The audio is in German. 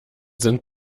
sind